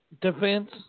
defense